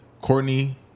Courtney